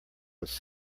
was